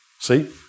See